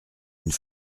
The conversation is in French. une